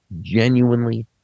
genuinely